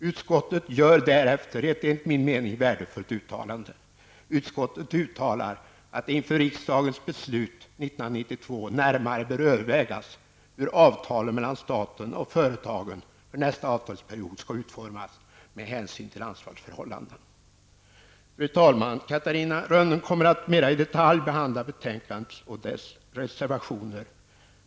Utskottet gör därefter ett, enligt min mening, värdefullt uttalande. Utskottet uttalar att det inför riksdagens beslut 1992 närmare bör övervägas hur avtalet mellan staten och företagen för nästa avtalsperiod skall utformas med hänsyn till ansvarsförhållandena. Fru talman! Catarina Rönnung kommer att mer i detalj behandla betänkandet och dess reservationer.